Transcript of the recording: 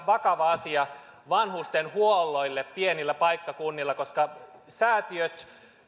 vakava asia vanhustenhuollolle pienillä paikkakunnilla koska säätiöt ja